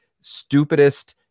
stupidest